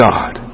God